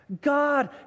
God